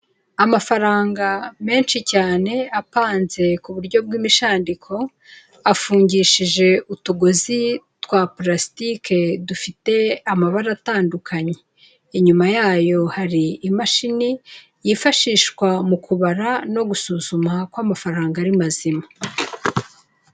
Amafaranga menshi cyane apanze ku buryo bw'imishandiko, afungishije utugozi twa purastike dufite amabara atandukanye, inyuma yayo hari imashini yifashishwa mu kubara no gusuzuma kw'amafaranga ari mazima.